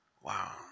Wow